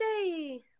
say